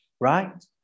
right